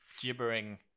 gibbering